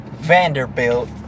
Vanderbilt